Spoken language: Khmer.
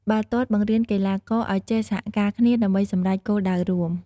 បាល់ទាត់បង្រៀនកីឡាករឲ្យចេះសហការគ្នាដើម្បីសម្រេចគោលដៅរួម។